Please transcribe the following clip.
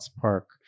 Park